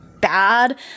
bad